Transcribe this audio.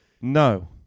No